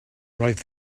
roedd